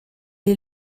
est